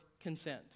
consent